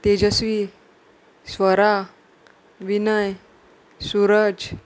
Tejashwi Swar Vinay Suraj